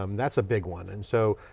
um that's a big one. and so,